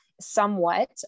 somewhat